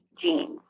genes